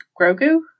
Grogu